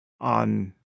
on